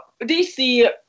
DC